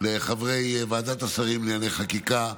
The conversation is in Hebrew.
לחברי ועדת השרים לענייני חקיקה,